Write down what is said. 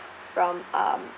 from um